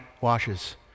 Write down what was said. washes